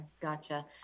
gotcha